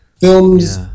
Films